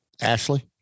Ashley